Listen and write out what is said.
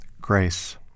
grace